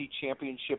championship